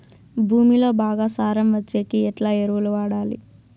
భూమిలో బాగా సారం వచ్చేకి ఎట్లా ఎరువులు వాడాలి?